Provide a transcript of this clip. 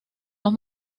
los